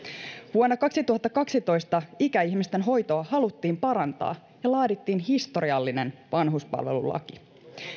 vuonna kaksituhattakaksitoista ikäihmisten hoitoa haluttiin parantaa ja laadittiin historiallinen vanhuspalvelulaki